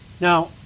Now